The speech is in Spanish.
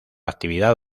actividad